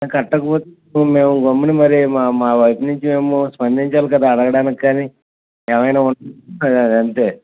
కట్టకపొతే మేము గమ్మున మా వైపు నుంచి మేము స్పందించాలి కదా మేము అడగడానికి ఎవరైన వస్తారు అంటే